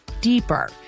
deeper